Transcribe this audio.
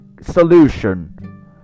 solution